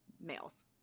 males